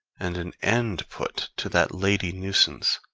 and an end put to that lady nuisance,